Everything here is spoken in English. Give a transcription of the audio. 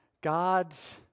God's